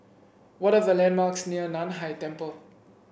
what are the landmarks near Nan Hai Temple